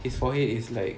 his forehead is like